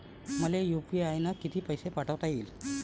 मले यू.पी.आय न किती पैसा पाठवता येईन?